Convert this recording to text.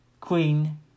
Queen